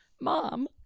Mom